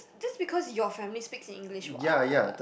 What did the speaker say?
that's because your family speaks in English what